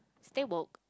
stable